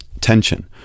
tension